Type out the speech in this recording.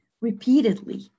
repeatedly